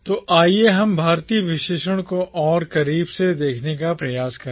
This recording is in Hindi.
तो आइए हम भारतीय विशेषण को और करीब से देखने का प्रयास करें